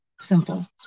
simple